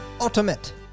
ultimate